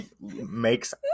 makes